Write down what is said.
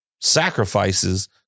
sacrifices